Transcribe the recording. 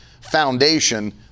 foundation